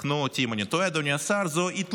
תקנו אותי אם אני טועה, אדוני השר, זה אי-תלות.